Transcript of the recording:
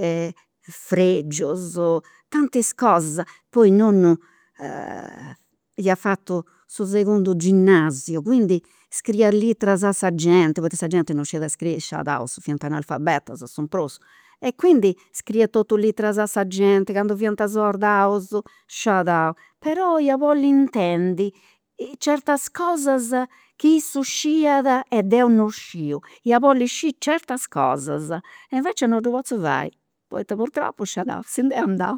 fregius, tanti cosas. Poi nonnu ia fatu su segundu ginnasiu, quindi scriiat literas a sa genti, poita sa genti non scidiat scrii, sciadaus fiant analfabetus su prus e quindi scriiat totu literas a sa genti, candu fiant sordaus, sciadau, però ia bolli intendi certas cosa chi issu scidiat e deu non sciu, iat bolli scì certas cosas e invecias non ddu potzu fai, poita purtroppu, sciadau, si nd'est andau